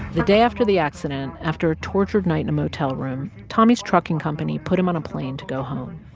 the day after the accident, after a tortured night in a motel room, tommy's trucking company put him on a plane to go home.